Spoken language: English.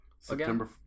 September